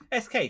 SK